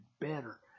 better